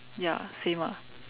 ya same ah